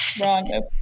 Wrong